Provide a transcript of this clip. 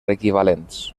equivalents